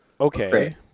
okay